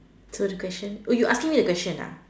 so the question oh you asking me the question ah